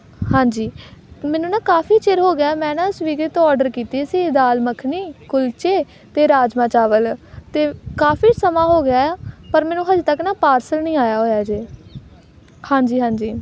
ਹਾਂਜੀ ਮੈਨੂੰ ਨਾ ਕਾਫੀ ਚਿਰ ਹੋ ਗਿਆ ਮੈਂ ਨਾ ਸਵੀਗੀ ਤੋਂ ਔਡਰ ਕੀਤੀ ਸੀ ਦਾਲ ਮੱਖਣੀ ਕੁਲਚੇ ਅਤੇ ਰਾਜਮਾਂਹ ਚਾਵਲ ਅਤੇ ਕਾਫੀ ਸਮਾਂ ਹੋ ਗਿਆ ਆ ਪਰ ਮੈਨੂੰ ਹਜੇ ਤੱਕ ਨਾ ਪਾਰਸਲ ਨਹੀਂ ਆਇਆ ਹੋਇਆ ਜੇ ਹਾਂਜੀ ਹਾਂਜੀ